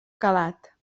calat